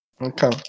Okay